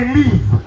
leave